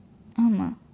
ஆமாம்:aamaam